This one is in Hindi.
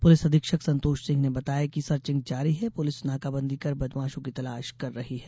पुलिस अधीक्षक संतोष सिंह ने बताया कि सर्चिंग जारी है पुलिस नाकाबंदी कर बदमाशों की तलाश कर रही है